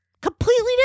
Completely